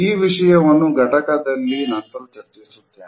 ಈ ವಿಷಯವನ್ನು ಘಟಕದಲ್ಲಿ ನಂತರ ಚರ್ಚಿಸುತ್ತೇನೆ